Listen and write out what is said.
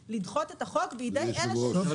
כאמצעי לדחות את החוק בידי אלה --- טוב